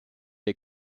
der